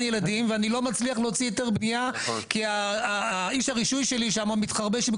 ילדים ואני לא מצליח להוציא היתר בניה כי איש הרישוי שלי שם מתחרבש.